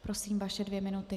Prosím, vaše dvě minuty.